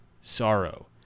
sorrow